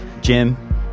Jim